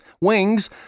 wings